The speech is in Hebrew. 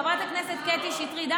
חברת הכנסת קטי שטרית,